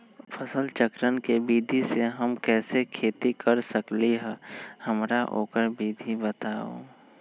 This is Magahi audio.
फसल चक्र के विधि से हम कैसे खेती कर सकलि ह हमरा ओकर विधि बताउ?